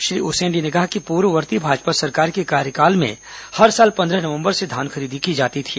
श्री उसेंडी ने कहा कि पूर्ववर्ती भाजपा सरकार के कार्यकाल में हर साल पंद्रह नवम्बर से धान खरीदी की जाती थी